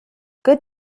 good